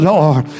Lord